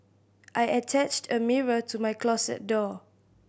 I attached a mirror to my closet door